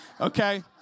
okay